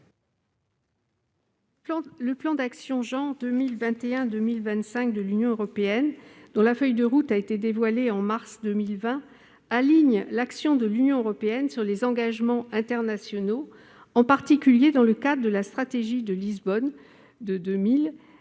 des genres 2021-2025 de l'Union européenne, dont la feuille de route a été dévoilée en mars 2020, aligne l'action de l'Union européenne sur les engagements internationaux, en particulier dans le cadre de la stratégie de Lisbonne de 2000.